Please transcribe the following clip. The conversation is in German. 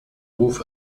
ruf